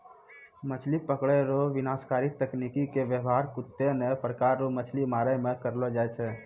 मछली पकड़ै रो विनाशकारी तकनीकी के वेवहार कत्ते ने प्रकार रो मछली मारै मे करलो जाय छै